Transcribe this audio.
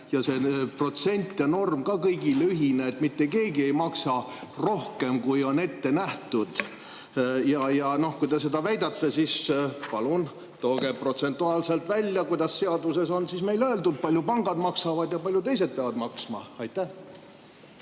ja protsent ja norm ka kõigil ühine, mitte keegi ei maksa rohkem, kui on ette nähtud. Kui te seda väidate, siis palun tooge protsentuaalselt välja, kuidas on meil seaduses öeldud, kui palju pangad maksavad ja kui palju teised peavad maksma. Aitäh!